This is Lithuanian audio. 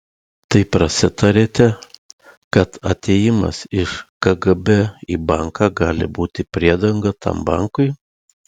tai prasitarėte kad atėjimas iš kgb į banką gali būti priedanga tam bankui